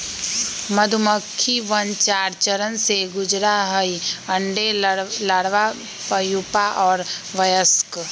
मधुमक्खिवन चार चरण से गुजरा हई अंडे, लार्वा, प्यूपा और वयस्क